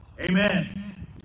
Amen